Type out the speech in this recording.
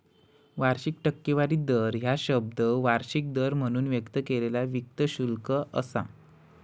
वार्षिक टक्केवारी दर ह्या शब्द वार्षिक दर म्हणून व्यक्त केलेला वित्त शुल्क असा